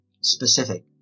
specific